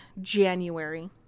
January